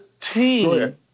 team